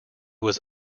was